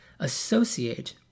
associate